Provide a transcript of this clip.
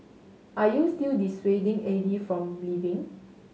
are you still dissuading Aide from leaving